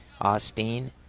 Austin